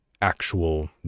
actual